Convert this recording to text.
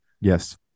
Yes